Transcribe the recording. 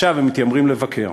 ועכשיו הם מתיימרים לבקר.